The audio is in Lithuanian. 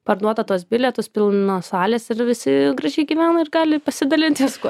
parduoda tuos bilietus pilnos salės ir visi gražiai gyvena ir gali pasidalinti viskuo